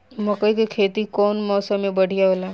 मकई के खेती कउन मौसम में बढ़िया होला?